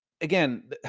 Again